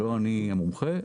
לא אני המומחה,